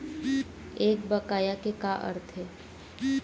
एक बकाया के का अर्थ हे?